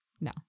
No